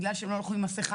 בגלל שהם לא הלכו עם מסיכה.